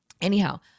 Anyhow